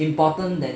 important than